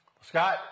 Scott